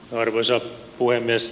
arvoisa puhemies